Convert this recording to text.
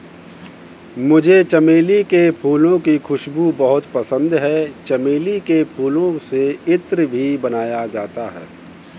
मुझे चमेली के फूलों की खुशबू बहुत पसंद है चमेली के फूलों से इत्र भी बनाया जाता है